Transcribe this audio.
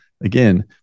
again